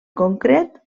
concret